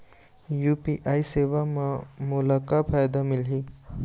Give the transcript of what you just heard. UPI सेवा म मोला का फायदा मिलही?